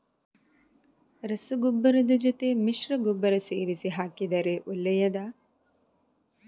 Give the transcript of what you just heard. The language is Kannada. ರಸಗೊಬ್ಬರದ ಜೊತೆ ಮಿಶ್ರ ಗೊಬ್ಬರ ಸೇರಿಸಿ ಹಾಕಿದರೆ ಒಳ್ಳೆಯದಾ?